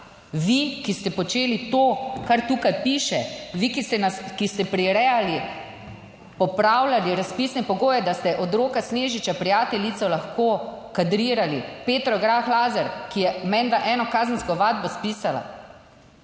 vi, ki ste počeli to, kar tukaj piše, vi, ki ste nas, ki ste prirejali, popravljali razpisne pogoje, da ste od Roka Snežiča, prijateljico, lahko kadrirali Petro Grah Lazar, ki je menda eno kazensko ovadbo spisala.